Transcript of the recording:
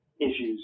issues